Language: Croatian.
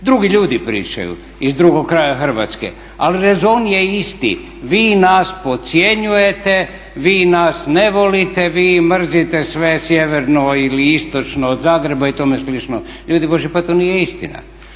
Drugi ljudi pričaju, iz drugog kraja Hrvatske, ali rezon je isti, vi nas podcjenjujete, vi nas ne volite, vi mrzite sve sjeverno ili istočno od Zagreba i tome slično. Ljudi božji pa to nije istina,